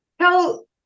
tell